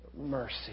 mercy